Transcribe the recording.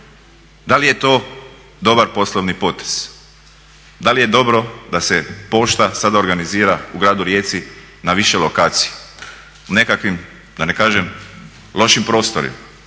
Da li je to dobar poslovni potez? Da li je dobro da se pošta sada organizira u gradu Rijeci na više lokacija? U nekakvim da ne kažem lošim prostorima.